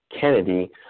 Kennedy